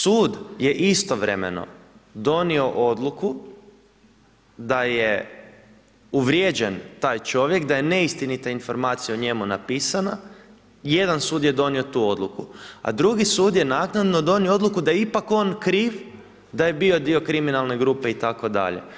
Sud je istovremeno donio odluku da je uvrijeđen taj čovjek, da je neistinita informacija o njemu napisana, jedan sud je donio tu odluku, a drugi sud je naknadno donio odluku da je ipak on kriv, da je bio dio kriminalne grupe itd.